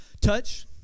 touch